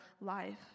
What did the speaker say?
life